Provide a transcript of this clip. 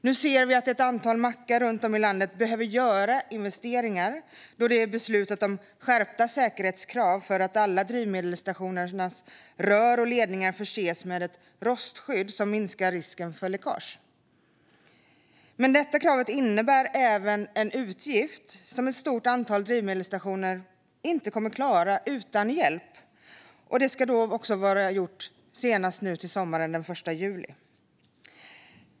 Nu ser vi att ett antal mackar runt om i landet behöver göra investeringar, då det är beslutat om skärpta säkerhetskrav på att alla drivmedelsstationers rör och ledningar förses med ett rostskydd som minskar risken för läckage. Dessa krav innebär en utgift som ett stort antal drivmedelsstationer inte kommer att klara utan hjälp. Detta ska vara gjort senast den 1 juli.